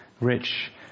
rich